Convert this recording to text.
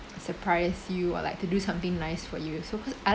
surprise you or like to do something nice for you so cause I like